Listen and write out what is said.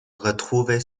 retrouver